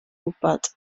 gwybod